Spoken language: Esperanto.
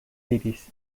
diris